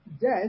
Death